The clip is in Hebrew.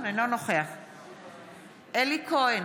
אלי כהן,